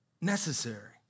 necessary